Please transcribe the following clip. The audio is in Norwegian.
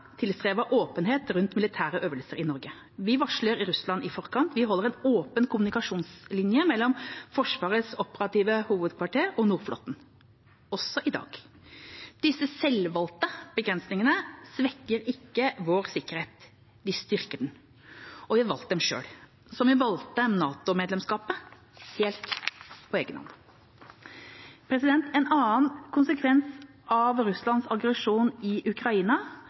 åpenhet rundt militære øvelser i Norge. Vi varsler Russland i forkant. Vi holder en åpen kommunikasjonslinje mellom Forsvarets operative hovedkvarter og Nordflåten – også i dag. Disse selvvalgte begrensningene svekker ikke vår sikkerhet, de styrker den. Vi har valgt dem selv, som vi valgte NATO-medlemskapet, helt på egenhånd. En annen konsekvens av Russlands aggresjon i Ukraina